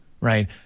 right